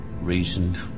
reasoned